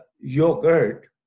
yogurt